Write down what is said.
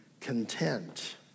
content